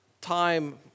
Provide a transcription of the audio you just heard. time